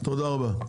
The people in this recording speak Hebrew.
תודה רבה.